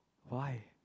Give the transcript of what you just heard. why